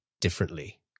differently